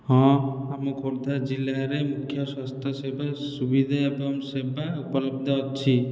ହଁ ଆମ ଖୋର୍ଦ୍ଧା ଜିଲ୍ଲାରେ ମୁଖ୍ୟ ସ୍ୱାସ୍ଥ୍ୟ ସେବା ସୁବିଧା ଏବଂ ସେବା ଉପଲବ୍ଧ ଅଛି